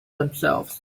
themselves